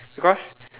because